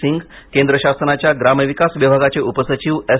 सिंग केंद्र शासनाच्या ग्राम विकास विभागाचे उपसचिव एस